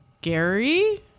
Gary